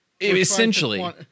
essentially